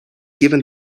given